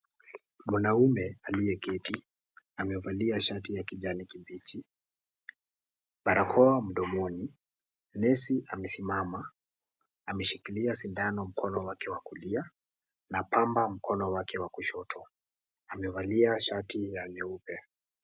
Mwanaume aliyeketi amevalia shati ya kijani kibichi, barakoa mdomoni, nesi amesimama ameshikilia sindano mkono wake wa kulia, na pamba mkono wake wa kushoto amevalia shati ya nyeupe.